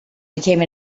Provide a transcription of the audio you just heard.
became